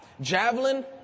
Javelin